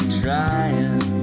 trying